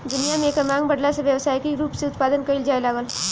दुनिया में एकर मांग बाढ़ला से व्यावसायिक रूप से उत्पदान कईल जाए लागल